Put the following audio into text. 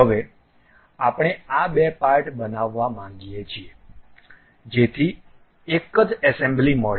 હવે આપણે આ બે પાર્ટ બનાવવા માંગીએ છીએ જેથી એક જ એસેમ્બલી મળે